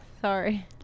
sorry